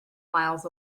miles